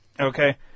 Okay